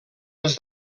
les